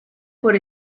por